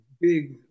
big